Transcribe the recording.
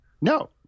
No